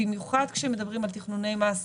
במיוחד כשמדברים על תכנוני מס רבי-שנים,